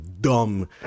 dumb